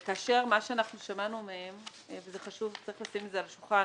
כאשר מה שאנחנו שמענו מהם וזזה חשוב וצריך לשים את זה על השולחן